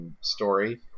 story